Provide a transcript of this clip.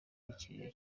ikiriyo